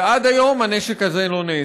ועד היום הנשק הזה לא נאסף.